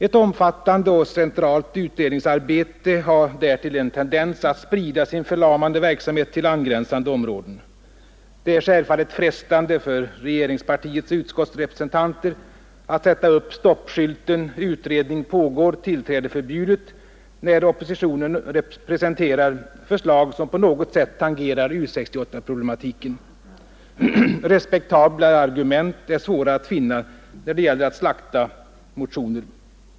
Ett omfattande och centralt utredningsarbete har därtill en tendens att sprida sin förlamande verksamhet till angränsande områden. Det är självfallet frestande för regeringspartiets utskottsrepresentanter att sätta upp stoppskylten ”Utredning pågår, tillträde förbjudet” när oppositionen presenterar förslag som på något sätt tangerar U 68-problematiken. Respektablare argument är svåra att finna när det gäller att slakta motioner.